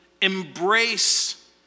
embrace